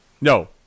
No